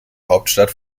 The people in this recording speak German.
hauptstadt